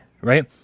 right